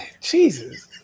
Jesus